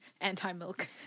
anti-milk